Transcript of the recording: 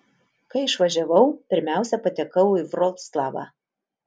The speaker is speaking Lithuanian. kai išvažiavau pirmiausia patekau į vroclavą